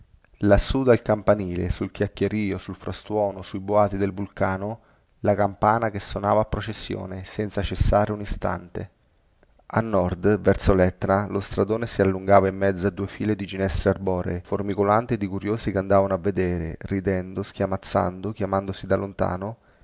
lassù dal campanile sul chiacchierìo sul frastuono sui boati del vulcano la campana che sonava a processione senza cessare un istante al nord verso letna lo stradone si allungava in mezzo a due file di ginestre arboree formicolante di curiosi che andavano a vedere ridendo schiamazzando chiamandosi da lontano